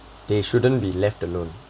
they shouldn't be left alone